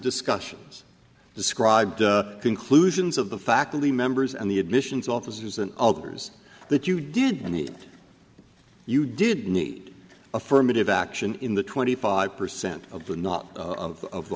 discussions described the conclusions of the faculty members and the admissions officers and others that you did and you did need affirmative action in the twenty five percent of the not of